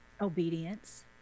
Obedience